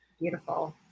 Beautiful